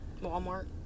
Walmart